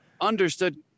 understood